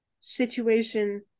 situation